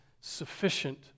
sufficient